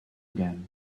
again